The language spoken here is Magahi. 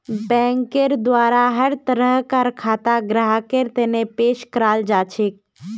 बैंकेर द्वारा हर तरह कार खाता ग्राहकेर तने पेश कराल जाछेक